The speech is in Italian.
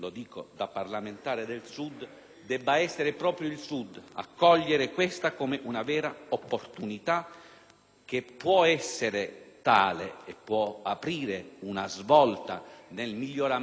debba essere proprio il Sud a cogliere questa come una vera opportunità, che può essere tale e può aprire una svolta nel miglioramento dell'efficienza